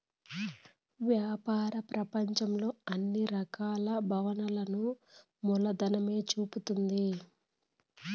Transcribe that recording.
వ్యాపార ప్రపంచంలో అన్ని రకాల భావనలను మూలధనమే చూపిస్తుంది